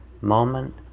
moment